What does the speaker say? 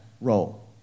role